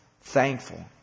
Thankful